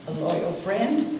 friend.